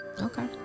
Okay